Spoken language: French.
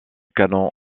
canon